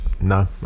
no